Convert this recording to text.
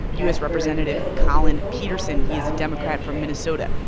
u s. representative collin peterson. he is a democrat from minnesota.